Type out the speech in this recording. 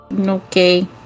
Okay